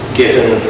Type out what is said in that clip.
given